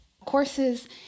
courses